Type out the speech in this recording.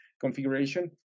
configuration